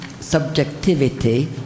subjectivity